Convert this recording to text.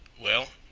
well,